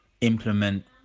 implement